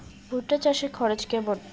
ভুট্টা চাষে খরচ কেমন?